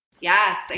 Yes